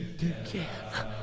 together